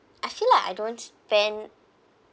I feel like I don't spend